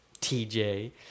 TJ